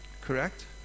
correct